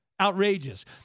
outrageous